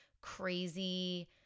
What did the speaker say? crazy